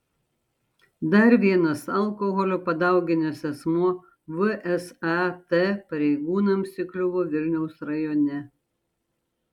dar vienas alkoholio padauginęs asmuo vsat pareigūnams įkliuvo vilniaus rajone